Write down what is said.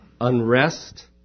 unrest